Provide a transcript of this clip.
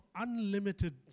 unlimited